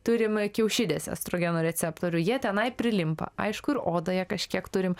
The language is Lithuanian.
turime kiaušidėse estrogenų receptorių jie tenai prilimpa aišku ir odoje kažkiek turim